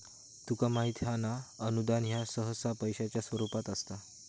तुका माहित हां ना, अनुदान ह्या सहसा पैशाच्या स्वरूपात असता